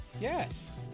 yes